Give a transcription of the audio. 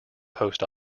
post